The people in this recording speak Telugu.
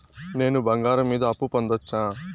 నేను బంగారం మీద అప్పు పొందొచ్చా?